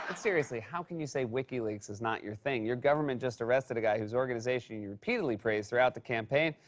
and seriously, how can you say wikileaks is not your thing? your government just arrested a guy whose organization you repeatedly praised throughout the campaign,